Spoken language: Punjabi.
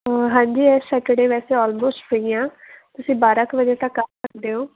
ਹਾਂਜੀ ਇਸ ਸੈਟਰਡੇ ਵੈਸੇ ਐਲਮੋਸਟ ਫਰੀ ਹਾਂ ਤੁਸੀਂ ਬਾਰ੍ਹਾਂ ਕੁ ਵਜੇ ਤੱਕ ਆ ਸਕਦੇ ਹੋ